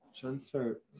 Transfer